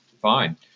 Fine